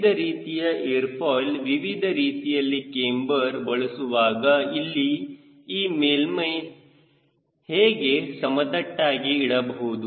ವಿವಿಧ ರೀತಿಯ air foil ವಿವಿಧ ರೀತಿಯ ಕ್ಯಾಮ್ಬರ್ ಬಳಸುವಾಗ ಇಲ್ಲಿ ಈ ಮೇಲ್ಮೈ ಹೇಗೆ ಸಮತಟ್ಟಾಗಿ ಇಡಬಹುದು